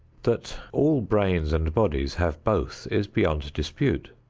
that all brains and bodies have both is beyond dispute.